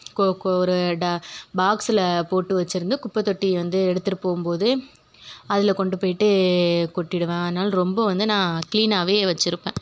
கோ கோ ஒரு டா பாக்ஸில் போட்டு வச்சுருந்து குப்பைத்தொட்டி வந்து எடுத்துகிட்டு போகும்போது அதில் கொண்டு போயிட்டு கொட்டிவிடுவேன் அதனால் ரொம்ப வந்து நான் கிளீனாகவே வச்சுருப்பேன்